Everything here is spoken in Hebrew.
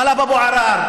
טלב אבו עראר,